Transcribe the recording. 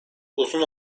uzun